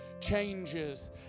changes